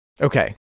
Okay